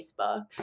Facebook